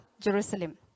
Jerusalem